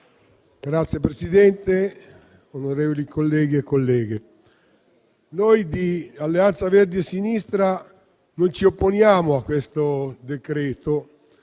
Signor Presidente, onorevoli colleghi e colleghe, noi di Alleanza Verdi e Sinistra non ci opponiamo al disegno